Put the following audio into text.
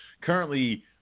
currently